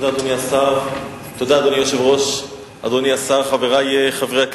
אדוני היושב-ראש, אדוני השר, חברי חברי הכנסת,